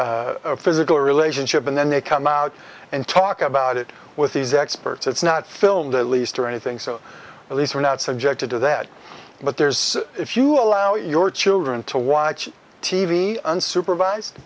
a physical relationship and then they come out and talk about it with these experts it's not filmed at least or anything so at least we're not subjected to that but there's if you allow your children to watch t v unsupervised